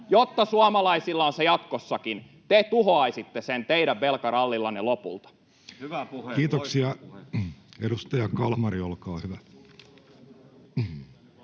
jotta suomalaisilla on se jatkossakin. Te tuhoaisitte sen teidän velkarallillanne lopulta. Kiitoksia. — Edustaja Kalmari, olkaa hyvä.